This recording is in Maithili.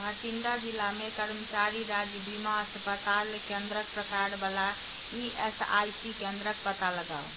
भटिंडा जिलामे कर्मचारी राज्य बीमा अस्पताल केंद्रक प्रकार वला ई एस आइ सी केन्द्रक पता लगाउ